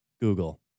Google